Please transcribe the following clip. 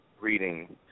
reading